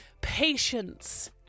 Patience